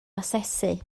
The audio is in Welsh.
asesu